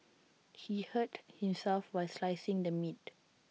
he hurt himself while slicing the meat